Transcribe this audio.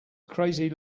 crazy